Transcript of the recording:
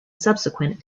subsequent